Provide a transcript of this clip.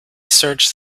search